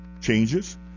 changes